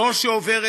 זו שעוברת